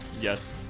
Yes